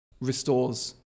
restores